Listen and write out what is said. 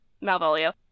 Malvolio